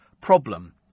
problem